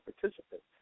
participants